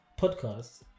podcast